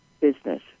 business